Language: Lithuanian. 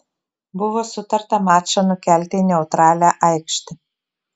buvo sutarta mačą nukelti į neutralią aikštę